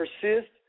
persist